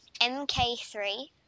MK3